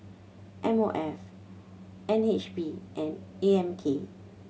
M O F N H B and A M K